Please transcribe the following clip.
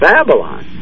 Babylon